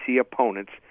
opponents